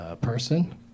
person